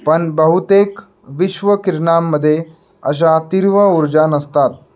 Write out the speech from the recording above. पण बहुतेक विश्वकिरणांमध्ये अशा तीव्र ऊर्जा नसतात